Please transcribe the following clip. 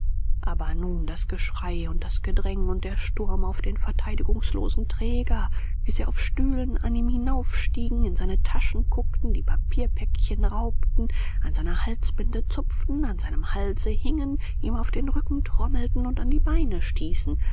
aber nun das geschrei und das gedräng und der sturm auf den verteidigungslosen träger wie sie auf stühlen an ihm hinaufstiegen in seine taschen guckten die papierpäckchen raubten an seiner halsbinde zupften an seinem halse hingen ihm auf den rücken trommelten und an die beine stießen